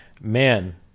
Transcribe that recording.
man